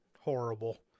Horrible